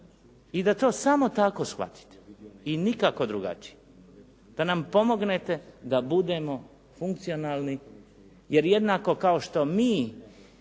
i da to samo tako shvatite i nikako drugačije. Da nam pomognete da budemo funkcionalni jer jednako kao što mi